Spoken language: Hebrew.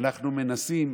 אנחנו מנסים,